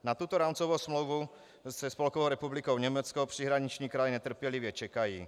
Na tuto rámcovou smlouvu se Spolkovou republikou Německo příhraniční kraje netrpělivě čekají.